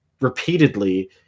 repeatedly